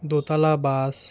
দোতলা বাস